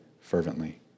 fervently